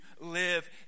live